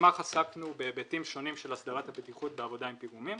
במסמך עסקנו בהיבטים שונים של הסדרת הבטיחות בעבודה עם פיגומים.